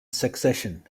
secession